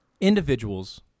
individuals